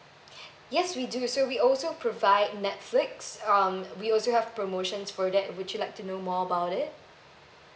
yes we do so we also provide netflix um we also have promotions for that would you like to know more about it